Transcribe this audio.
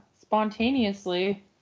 spontaneously